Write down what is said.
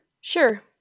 Sure